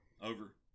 Over